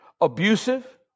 abusive